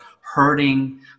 hurting